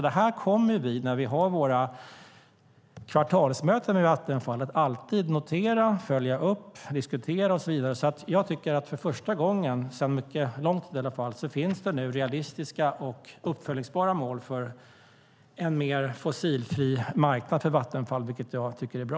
Detta kommer vi när vi har våra kvartalsmöten med Vattenfall alltid att notera, följa upp, diskutera och så vidare. För första gången på lång tid finns det alltså realistiska och uppföljningsbara mål för en mer fossilfri marknad för Vattenfall, vilket är bra.